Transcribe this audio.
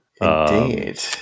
Indeed